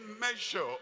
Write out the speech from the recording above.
measure